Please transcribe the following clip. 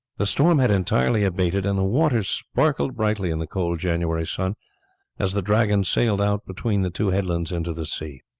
the storm had entirely abated, and the waters sparkled brightly in the cold january sun as the dragon sailed out between the two headlands into the sea.